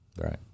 Right